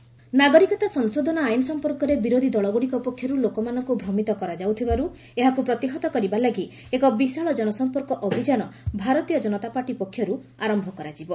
BJP CAA ନାଗରିକତା ସଂଶୋଧନ ଆଇନ ସଂପର୍କରେ ବିରୋଧୀଦଳଗୁଡ଼ିକ ପକ୍ଷରୁ ଲୋକମାନଙ୍କୁ ଭ୍ରମିତ କରାଯାଉଥିବାରୁ ଏହାକୁ ପ୍ରତିହତ କରିବା ଲାଗି ଏକ ବିଶାଳ ଜନସଂପର୍କ ଅଭିଯାନ ଭାରତୀୟ ଜନତା ପାର୍ଟି ପକ୍ଷରୁ ଆରମ୍ଭ କରାଯିବ